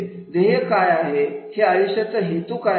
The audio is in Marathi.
ध्येय काय आहे हे आयुष्याचा हेतू काय आहे